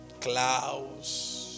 Clouds